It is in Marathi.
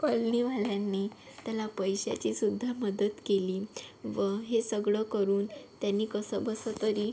कॉलनीवाल्यांनी त्याला पैशाचीसुद्धा मदत केली व हे सगळं करून त्यांनी कसंबसं तरी